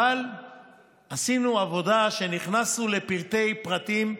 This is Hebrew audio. אבל עשינו עבודה ונכנסנו לפרטי פרטים.